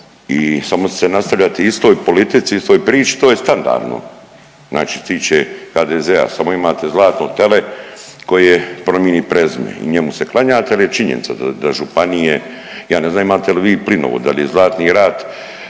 i samo se nastavljate istoj politici i istoj priči, to je standardno znači što se tiče HDZ-a, samo imate zlatno tele koje promijeni prezime i njemu se klanjate jel je činjenica da županije, ja ne znam imate li vi plinovod, da li je Zlatni rat